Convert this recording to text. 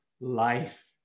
life